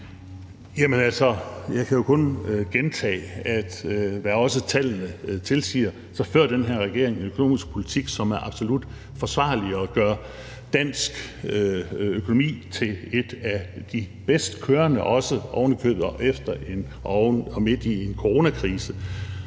Jeg kan jo kun gentage, hvad også tallene tilsiger. Den her regering fører en økonomisk politik, som er absolut forsvarlig og gør dansk økonomi til en af de bedst kørende, oven i købet også efter og midt i en coronakrise.